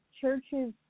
churches